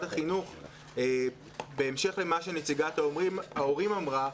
החינוך בהמשך למה שנציגת ההורים אמרה,